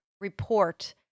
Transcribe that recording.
report